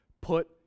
Put